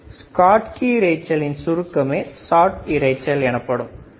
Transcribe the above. ஸ்காட்டி இரைச்சலின் சுருக்கமே ஷாட் இரைச்சல் எனப்படுகிறது